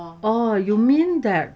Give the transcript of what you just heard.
oh you mean that